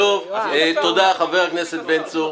טוב, תודה, חבר הכנסת בן צור.